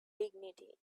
dignity